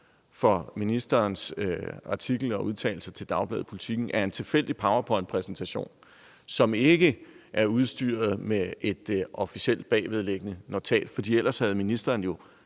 og ministerens udtalelser til dagbladet Politiken, er en tilfældig powerpointpræsentation, som ikke er udstyret med et officielt bagvedliggende notat, for ellers havde ministeren jo